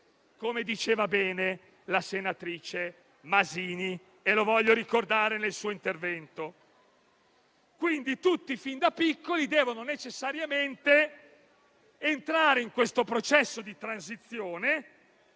come diceva bene la senatrice Masini, di cui voglio ricordare l'intervento. Quindi tutti, fin da piccoli, devono necessariamente entrare in questo processo di transizione.